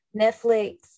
Netflix